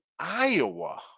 Iowa